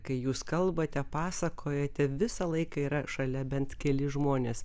kai jūs kalbate pasakojate visą laiką yra šalia bent keli žmonės